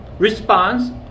Response